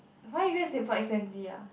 why you go and stapler accidentally ah